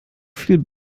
vielen